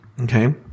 okay